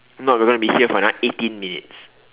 if not we're going to be here for another eighteen minutes